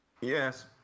Yes